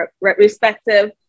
respective